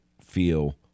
feel